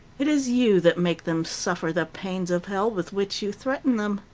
it is you that make them suffer the pains of hell with which you threaten them.